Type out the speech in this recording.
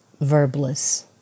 Verbless